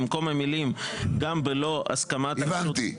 במקום המילים "גם בלא הסכמת הרשות --- הבנתי.